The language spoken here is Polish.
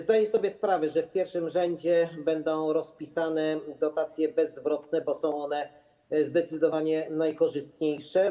Zdaję sobie sprawę, że w pierwszym rzędzie będą rozpisane dotacje bezzwrotne, bo są one zdecydowanie najkorzystniejsze.